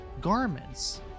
garments